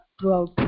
throughout